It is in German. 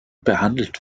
behandelt